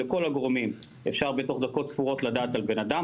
לכל הגורמים אפשר בתוך דקות ספורות לדעת על בן אדם,